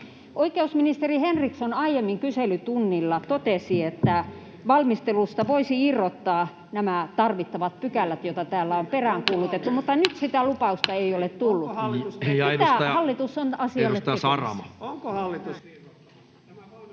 Oikeusministeri Henriksson aiemmin kyselytunnilla totesi, että valmistelusta voisi irrottaa nämä tarvittavat pykälät, joita täällä on peräänkuulutettu, mutta nyt sitä lupausta ei ole tullut. Mitä hallitus